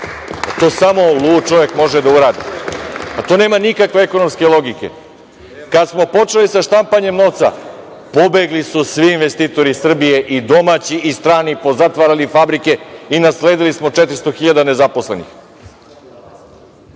To samo lud čovek može da uradi. To nema nikakve ekonomske logike. Kada smo počeli sa štampanjem novca, pobegli su svi investitori iz Srbije i domaći i strani, pozatvarali fabrike i nasledili smo 400 hiljada nezaposlenih.